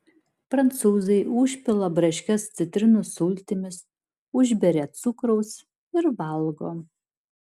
prancūzai užpila braškes citrinų sultimis užberia cukraus ir valgo